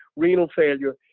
renal failure,